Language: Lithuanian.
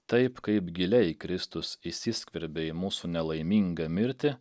taip kaip giliai kristus įsiskverbė į mūsų nelaimingą mirtį